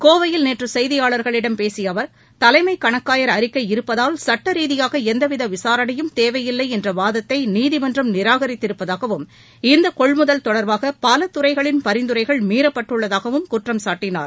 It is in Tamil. கோவையில் நேற்று செய்தியாளா்களிடம் பேசிய அவா் தலைமை கணக்காயா் அறிக்கை இருப்பதால் சட்டரீதியாக எந்தவித விசாரணையும் தேவையில்லை என்ற வாதத்தை நீதிமன்றம் நிராகித்திருப்பதாகவும் இந்த கொள்முதல் தொடர்பாக பல துறைகளின் பரிந்துரைகள் மீறப்பட்டுள்ளதாகவும் குற்றம்சாட்டினார்